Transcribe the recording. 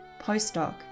postdoc